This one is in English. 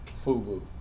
FUBU